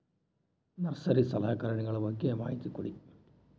Nursery ಸಲಕರಣೆಗಳ ಬಗ್ಗೆ ಮಾಹಿತಿ ನೇಡಿ?